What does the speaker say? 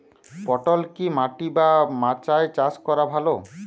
পটল কি মাটি বা মাচায় চাষ করা ভালো?